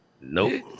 nope